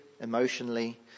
emotionally